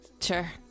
Sure